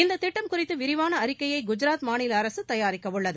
இந்த திட்டம் குறித்து விரிவான அறிக்கையை குஜராத் மாநில அரசு தயாரிக்க உள்ளது